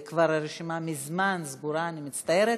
הרשימה כבר מזמן סגורה, אני מצטערת.